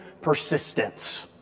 persistence